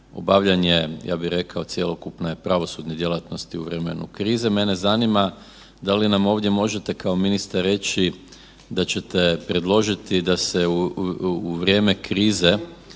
obavljanje cjelokupne pravosudne djelatnosti u vrijeme krize. Mene zanima da li nam ovdje možete kao ministar reći da ćete predložiti da se u vrijeme krize